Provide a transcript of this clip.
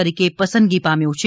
તરીકે પસંદગી પામ્યો છે